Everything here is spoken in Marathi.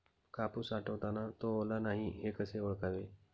कापूस साठवताना तो ओला नाही हे कसे ओळखावे?